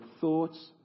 thoughts